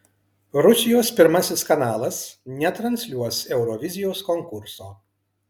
rusijos pirmasis kanalas netransliuos eurovizijos konkurso